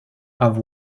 have